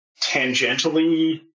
tangentially